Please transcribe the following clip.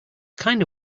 kinda